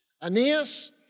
Aeneas